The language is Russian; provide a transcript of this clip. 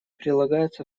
прилагаются